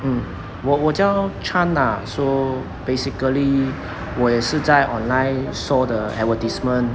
mm 我我叫 chan ah so basically 我也是在 online saw the advertisement